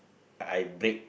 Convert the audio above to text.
I break